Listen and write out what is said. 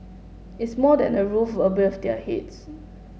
it's more than a roof above their heads